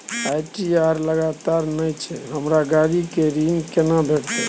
ITR लगातार नय छै हमरा गाड़ी के ऋण केना भेटतै?